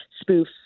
spoof